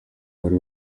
bari